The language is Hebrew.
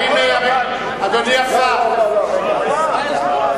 אדוני השר, הצעה לסדר-היום?